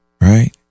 Right